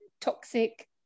Toxic